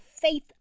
faith